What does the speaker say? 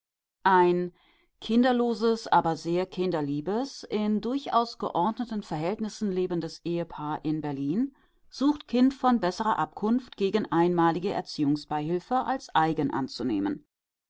ein kinderloses aber sehr kinderliebes in durchaus geordneten verhältnissen lebendes ehepaar in berlin sucht kind von besserer abkunft gegen einmalige erziehungsbeihilfe als eigen anzunehmen